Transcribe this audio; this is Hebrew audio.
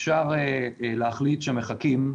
אפשר להחליט שמחכים.